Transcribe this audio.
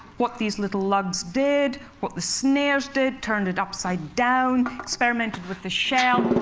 what these little lugs did, what the snares did. turned it upside down, experimented with the shell.